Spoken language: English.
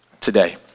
today